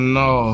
no